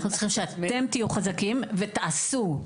אנחנו צריכים שאתם תהיו חזקים ותעשו,